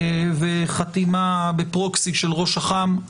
וחתימה בפרוקסי של ראש אח"מ,